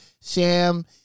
Sam